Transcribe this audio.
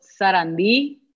Sarandi